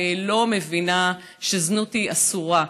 לא מבינה שזנות היא אסורה,